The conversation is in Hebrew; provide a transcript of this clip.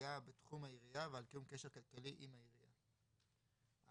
על דבר קיצוני ואולי